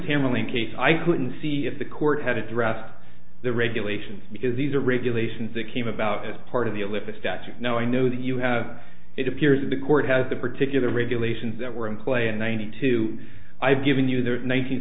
tamilian case i couldn't see if the court had addressed the regulations because these are regulations that came about as part of the olympics that you know i know that you have it appears that the court has the particular regulations that were in play in ninety two i've given you the